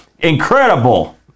Incredible